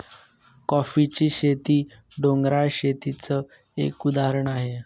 कॉफीची शेती, डोंगराळ शेतीच एक उदाहरण आहे